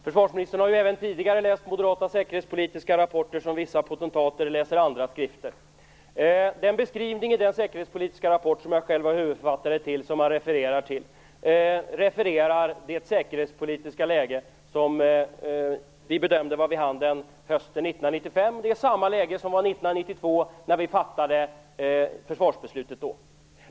Herr talman! Försvarsministern har även tidigare läst moderata säkerhetspolitiska rapporter som vissa potentater läser andra skrifter. Den beskrivning i den säkerhetspolitiska rapport som han refererar till, och som jag själv var huvudförfattare till, återger det säkerhetspolitiska läge som vi bedömde var vid handen hösten 1995. Det är samma läge som rådde 1992, när vi fattade det försvarsbeslutet.